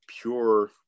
pure